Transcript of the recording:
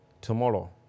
tomorrow